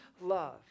love